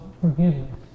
forgiveness